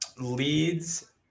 leads